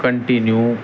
continue